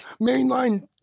mainline